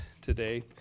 today